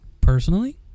Personally